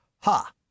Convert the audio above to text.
Ha